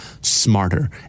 smarter